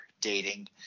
dating